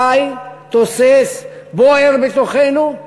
חי, תוסס, בוער בתוכנו,